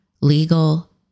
legal